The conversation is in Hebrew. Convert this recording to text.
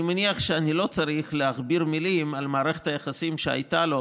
אני מניח שאני לא צריך להכביר מילים על מערכת היחסים שהייתה לו